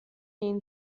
ihn